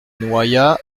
noaillat